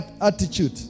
attitude